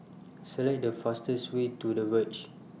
Select The fastest Way to The Verge